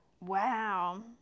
Wow